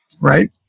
right